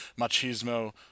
machismo